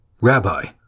Rabbi